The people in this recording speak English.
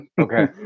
Okay